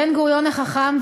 בן-גוריון החכם,